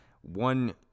one